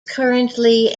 currently